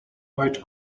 quite